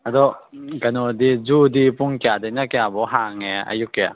ꯑꯗꯣ ꯀꯩꯅꯣꯗꯤ ꯖꯨꯗꯤ ꯄꯨꯡ ꯀꯌꯥꯗꯩꯅ ꯀꯌꯥ ꯐꯥꯎ ꯍꯥꯡꯉꯦ ꯑꯌꯨꯛꯀꯤ